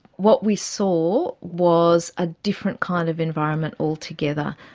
what we saw was a different kind of environment altogether.